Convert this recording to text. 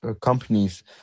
companies